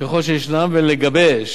ככל שישנם ולגבש